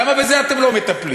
למה בזה אתם לא מטפלים?